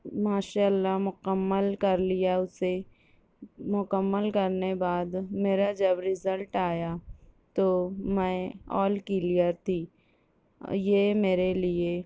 ماشاء اللہ مکمل کر لیا اسے مکمل کرنے بعد میرا جب رزلٹ آیا تو میں آل کلیئر تھی یہ میرے لیے